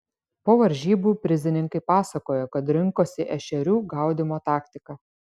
po varžybų prizininkai pasakojo kad rinkosi ešerių gaudymo taktiką